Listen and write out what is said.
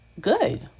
good